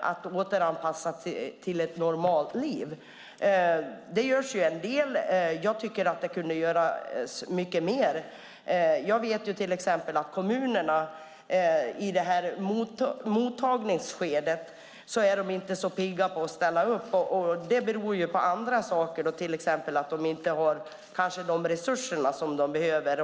att återanpassas till ett normalt liv. Det görs ju en del. Jag tycker att det kunde göras mycket mer. Jag vet till exempel att kommunerna i mottagningsskedet inte är så pigga på att ställa upp. Det beror ju på andra saker, till exempel att de inte har de resurser som de behöver.